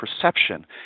perception